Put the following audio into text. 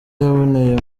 yaboneye